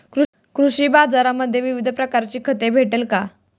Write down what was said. कृषी बाजारांमध्ये विविध प्रकारची खते भेटेल का?